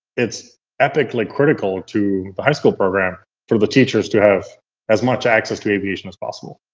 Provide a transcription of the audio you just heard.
it's epically critical to the high school program for the teachers to have as much access to aviation as possible.